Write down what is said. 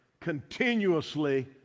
continuously